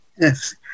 Yes